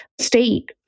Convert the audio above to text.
state